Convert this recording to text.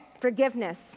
forgiveness